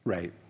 Right